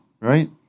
right